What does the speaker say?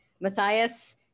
Matthias